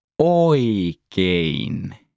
Oikein